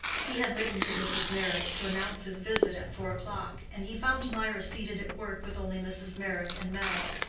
he had written to mrs. meyrick to announce his visit at four o'clock, and he found mirah seated at work with only mrs. meyrick and mab,